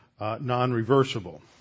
non-reversible